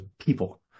people